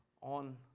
on